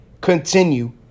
continue